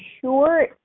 sure